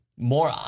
more